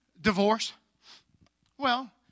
divorce—well